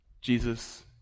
Jesus